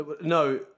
No